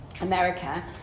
america